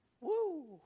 Woo